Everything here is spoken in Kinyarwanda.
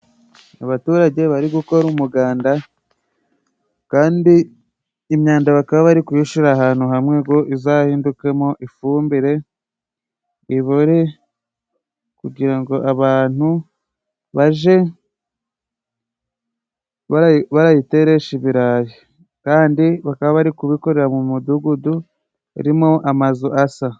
Abaturage bari gukora umuganda, kandi imyanda bakaba bari kuyishira ahantu hamwe ngo izahindukemo ifumbire ,ibore ,kugira ngo abantu baje barayiteresha ibirayi .Kandi bakaba bari kubikorera mu mudugudu harimo amazu asa.